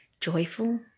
joyful